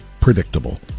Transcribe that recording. predictable